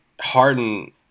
Harden